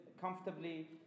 comfortably